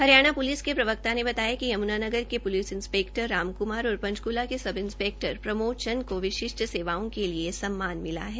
Haryana police के प्रवक्ता ने बताया कि यमुनानगर के पुलिस इंस्पेक्टर रामकुमार और पंचकूला के सब इंस्पेक्टर प्रर्मोद चंद को विशिष्ट सेवाओं के लिए यह सम्मान मिला है